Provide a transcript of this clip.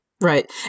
right